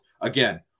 Again